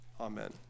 Amen